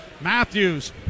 Matthews